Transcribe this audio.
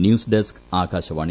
news desk Akashvani